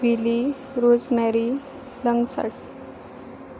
Willie Rosemary लंगसट